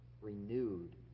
renewed